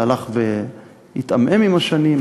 זה הלך והתעמעם עם השנים.